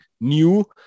new